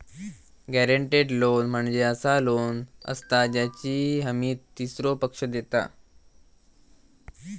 guaranteed loan म्हणजे असा loan असता ज्याची हमी तीसरो पक्ष देता